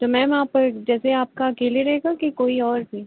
तो मैम आप जैसे आपका अकेले रहेगा कि कोई और भी